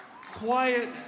quiet